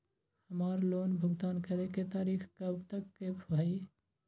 हमार लोन भुगतान करे के तारीख कब तक के हई?